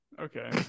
Okay